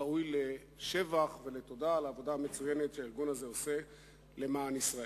ראוי לשבח ולתודה על העבודה המצוינת שהוא עושה למען ישראל.